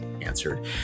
answered